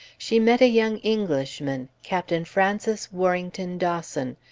she met a young englishman, captain francis warrington dawson,